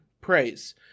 praise